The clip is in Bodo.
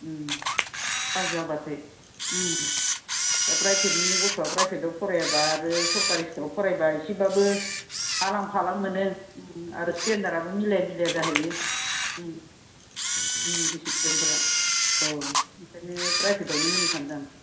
उम फास जाबाथाय उम फ्राइभेटनि गथ'आ फ्राइभेटआव फरायाबा आरो सरकारि स्कुलआव फरायबा एसेबाबो आलां फालां मोनो उम आरो स्टेन्डारआबो मिलाया मिलाया जाहैयो उम उम डिसिप्लिनफोरा अह ओंखायनो फ्राइभेटआवनो होनो सानदां